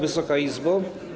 Wysoka Izbo!